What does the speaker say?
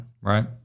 right